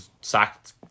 Sacked